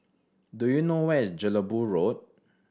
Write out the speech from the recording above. do you know where is Jelebu Road